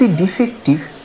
defective